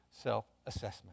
self-assessment